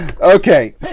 Okay